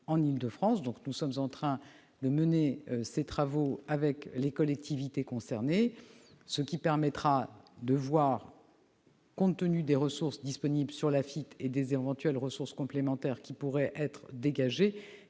Nous sommes en train de mener ces travaux avec les collectivités concernées. Nous verrons, compte tenu des ressources disponibles de l'AFITF et des éventuelles ressources complémentaires qui pourraient être dégagées,